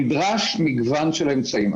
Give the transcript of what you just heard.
נדרש מגוון של אמצעים.